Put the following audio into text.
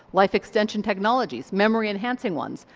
life extension technologies, memory enhancing ones,